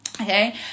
okay